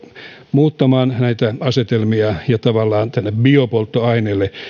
muuttamaan näitä asetelmia ja tavallaan biopolttoaineelle